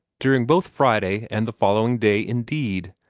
during both friday and the following day, indeed,